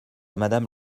madame